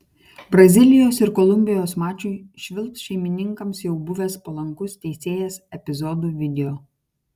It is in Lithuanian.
brazilijos ir kolumbijos mačui švilps šeimininkams jau buvęs palankus teisėjas epizodų video